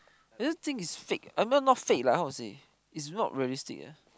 I just think it's fake I mean not fake lah how to say it's not realistic lah